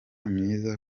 myiza